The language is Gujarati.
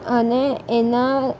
અને એના